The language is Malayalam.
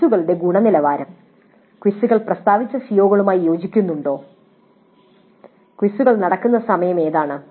ക്വിസുകളുടെ ഗുണനിലവാരം ക്വിസുകൾ പ്രസ്താവിച്ച CO കളുമായി യോജിക്കുന്നുണ്ടോ ക്വിസുകൾ നടക്കുന്ന സമയം എന്താണ്